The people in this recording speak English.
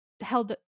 held